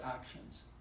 actions